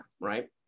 right